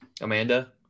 amanda